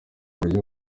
buryo